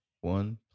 one